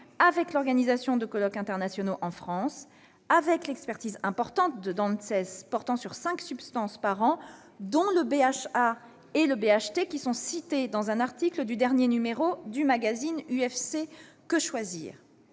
avec l'organisation de colloques internationaux en France, avec l'expertise importante de l'ANSES portant sur cinq substances par an, dont le BHA et BHT, qui sont cités dans un article du dernier numéro du magazine, et avec la